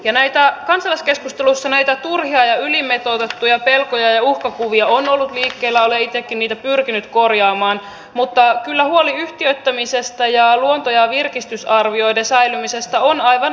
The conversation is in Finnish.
ja kansalaiskeskustelussa näitä turhia ja ylimitoitettuja pelkoja ja uhkakuvia on ollut liikkeellä olen itsekin niitä pyrkinyt korjaamaan mutta kyllä huoli yhtiöittämisestä ja luonto ja virkistysalueiden säilymisestä on aivan aito